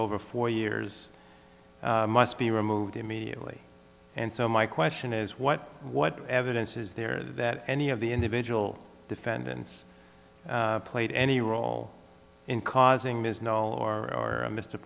over four years must be removed immediately and so my question is what what evidence is there that any of the individual defendants played any role in causing ms know or mr